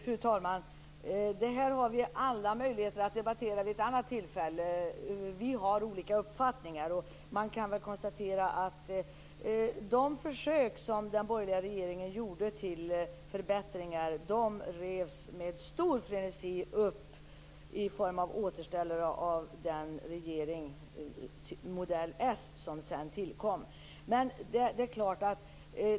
Fru talman! Vi har alla möjligheter att debattera detta vid ett annat tillfälle. Vi har olika uppfattningar. De försök till förbättringar som den borgerliga regeringen gjorde revs upp med stor frenesi i form av återställare av den regering, modell , som sedan tillkom.